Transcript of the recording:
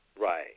Right